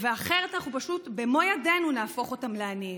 אחרת אנחנו פשוט במו ידינו נהפוך אותם לעניים.